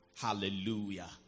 Hallelujah